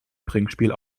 trinkspiel